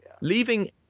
Leaving